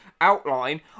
outline